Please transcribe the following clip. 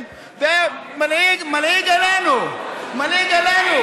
מלעיג עלינו, מלעיג עלינו.